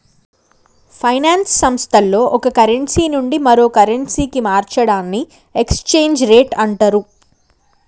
finance సంస్థల్లో ఒక currency నుండి మరో కరెన్సీకి మార్చడాన్ని ఎక్స్చేంజ్ రేట్ అంటరు